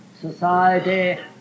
society